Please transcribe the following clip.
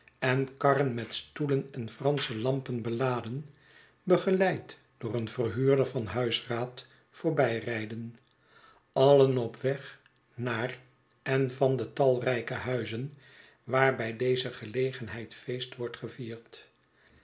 en karren met stoelen en fransche lampen beladen begeleid door een verhuurder van huisraad voor bij rij den alien op weg naar en van de talrijke huizen waar bij deze geiegenheid feest wordt gevierd